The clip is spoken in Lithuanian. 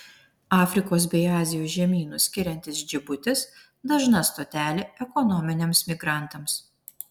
afrikos bei azijos žemynus skiriantis džibutis dažna stotelė ekonominiams migrantams